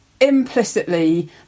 implicitly